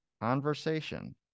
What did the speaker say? conversation